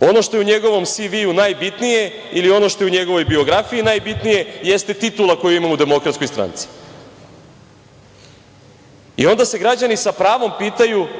Ono što je u njegovom CV najbitnije ili ono što je u njegovoj biografiji najbitnije jeste titula koju je imao u DS. Onda se građani sa pravom pitaju –